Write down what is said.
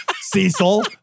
Cecil